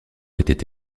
était